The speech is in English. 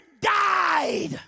died